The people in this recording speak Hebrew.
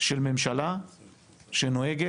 של ממשלה שנוהגת